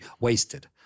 wasted